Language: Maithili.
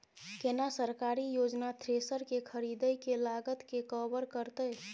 केना सरकारी योजना थ्रेसर के खरीदय के लागत के कवर करतय?